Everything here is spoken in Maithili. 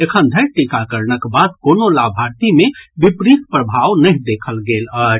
एखन धरि टीकाकरणक बाद कोनो लाभार्थी मे विपरीत प्रभाव नहि देखल गेल अछि